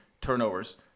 turnovers